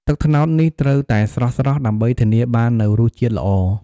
ទឹកត្នោតនេះត្រូវតែស្រស់ៗ ដើម្បីធានាបាននូវរសជាតិល្អ។